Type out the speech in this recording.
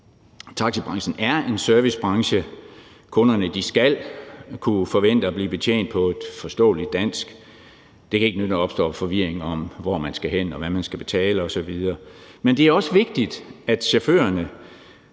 Taxabranchen er en servicebranche, og kunderne skal kunne forvente at blive betjent på et forståeligt dansk. Det kan ikke nytte noget, at der opstår forvirring om, hvor man skal hen, og hvad man skal betale osv. Men det er også vigtigt, at chaufførerne